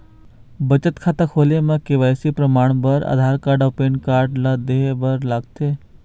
बचत खाता खोले म के.वाइ.सी के परमाण बर आधार कार्ड अउ पैन कार्ड ला देहे बर लागथे